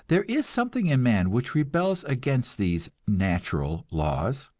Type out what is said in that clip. there is something in man which rebels against these natural laws.